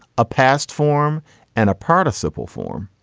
a passed form and a participle form,